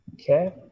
Okay